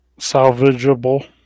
salvageable